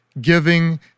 giving